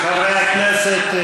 חברי הכנסת,